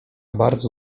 bardzo